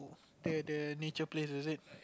the the nature place is it